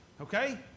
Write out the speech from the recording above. okay